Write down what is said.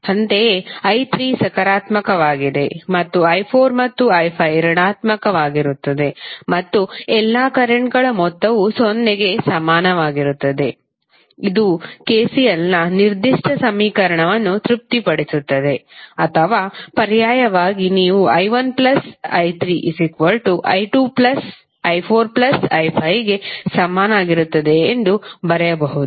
ಅಂತೆಯೇ i3 ಸಕಾರಾತ್ಮಕವಾಗಿದೆ ಮತ್ತು i4 ಮತ್ತು i5 ಋಣಾತ್ಮಕವಾಗಿರುತ್ತದೆ ಮತ್ತು ಎಲ್ಲಾ ಕರೆಂಟ್ಗಳ ಮೊತ್ತವು 0 ಕ್ಕೆ ಸಮನಾಗಿರುತ್ತದೆ ಇದು ಕೆಸಿಎಲ್ನ ನಿರ್ದಿಷ್ಟ ಸಮೀಕರಣವನ್ನು ತೃಪ್ತಿಪಡಿಸುತ್ತದೆ ಅಥವಾ ಪರ್ಯಾಯವಾಗಿ ನೀವು i1 plus i3 i2 plus i4 plus i5 ಗೆ ಸಮಾನವಾಗಿರುತ್ತದೆ ಎಂದು ಬರೆಯಬಹುದು